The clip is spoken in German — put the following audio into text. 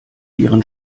ihren